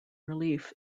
relief